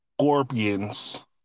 scorpions